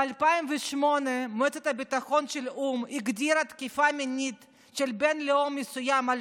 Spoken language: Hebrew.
ב-2008 מועצת הביטחון של האו"ם הגדירה תקיפה מינית של בן לאום מסוים על